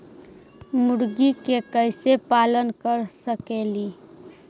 मुर्गि के कैसे पालन कर सकेली?